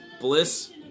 Bliss